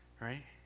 right